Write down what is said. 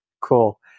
cool